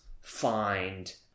find